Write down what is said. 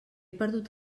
perdut